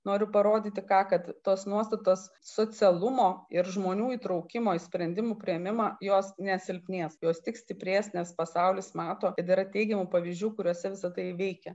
noriu parodyti ką kad tos nuostatos socialumo ir žmonių įtraukimo į sprendimų priėmimą jos nesilpnės jos tik stiprės nes pasaulis mato kad yra teigiamų pavyzdžių kuriuose visa tai veikia